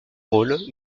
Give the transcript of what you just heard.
rôle